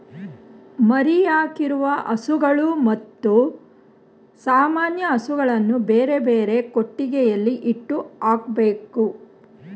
ಮರಿಯಾಕಿರುವ ಹಸುಗಳು ಮತ್ತು ಸಾಮಾನ್ಯ ಹಸುಗಳನ್ನು ಬೇರೆಬೇರೆ ಕೊಟ್ಟಿಗೆಯಲ್ಲಿ ಇಟ್ಟು ಹಾಕ್ಬೇಕು